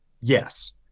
Yes